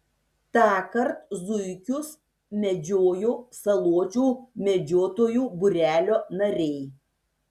tąkart zuikius medžiojo saločių medžiotojų būrelio nariai